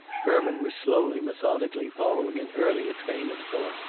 herman was slowly, methodically, following an earlier train of thought.